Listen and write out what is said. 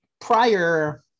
prior